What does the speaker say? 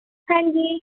ਹਾਂਜੀ